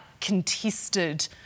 contested